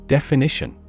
Definition